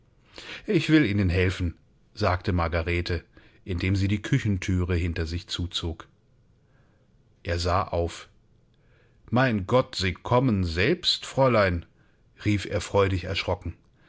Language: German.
ich will ihnen helfen sagte margarete indem sie die küchenthüre hinter sich zuzog er sah auf mein gott sie kommen selbst fräulein rief er freudig erschrocken